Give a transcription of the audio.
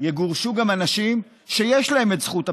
יגורשו גם אנשים שיש להם את זכות הפליט.